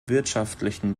wirtschaftlichen